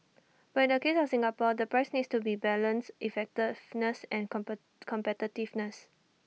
but in the case of Singapore the price needs to balance effectiveness and competitiveness